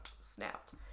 snapped